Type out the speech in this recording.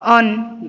on